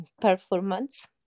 performance